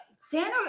Santa